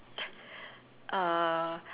err